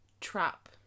trap